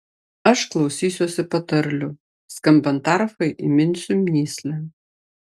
aš klausysiuosi patarlių skambant arfai įminsiu mįslę